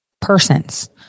persons